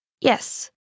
Yes